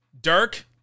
Dirk